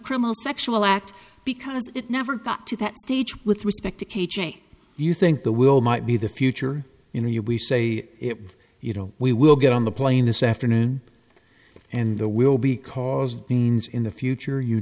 criminal sexual act because it never got to that stage with respect to k j you think the will might be the future you know you we say it you know we will get on the plane this afternoon and there will be cause it means in the future you